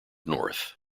north